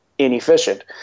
inefficient